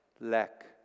lack